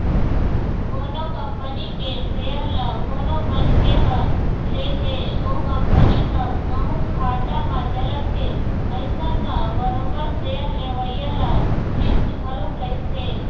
कोनो कंपनी के सेयर ल कोनो मनखे ह ले हे ओ कंपनी ह कहूँ घाटा म चलत हे अइसन म बरोबर सेयर लेवइया ल रिस्क घलोक रहिथे